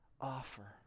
Offer